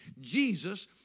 Jesus